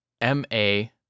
M-A